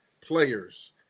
players